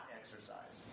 exercise